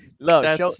Look